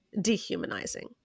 dehumanizing